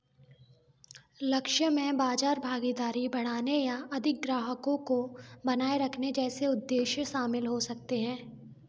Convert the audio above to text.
लक्ष्य में बाज़ार भागीदारी बढ़ाने या अधिक ग्राहकों को बनाए रखने जैसे उद्देश्य शामिल हो सकते हैं